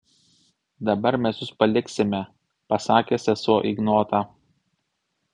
dabar mes jus paliksime pasakė sesuo ignotą